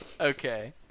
Okay